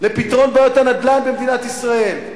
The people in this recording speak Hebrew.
לפתרון בעיות הנדל"ן במדינת ישראל,